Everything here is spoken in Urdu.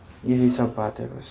یہی سب بات ہے بس